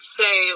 say